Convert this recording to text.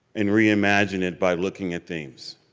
and reimagine it by looking at things.